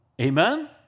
Amen